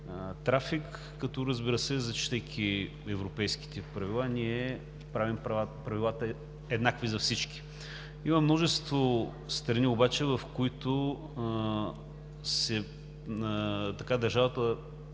трафик, като, разбира се, зачитайки европейските правила, ние правим правилата еднакви за всички. Има множество страни обаче, в които държавата